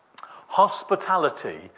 Hospitality